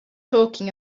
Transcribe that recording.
talking